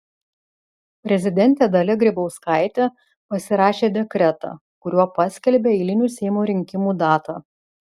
prezidentė dalia grybauskaitė pasirašė dekretą kuriuo paskelbė eilinių seimo rinkimų datą